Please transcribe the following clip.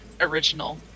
Original